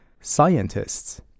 scientists